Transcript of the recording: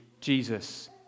Jesus